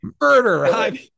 Murder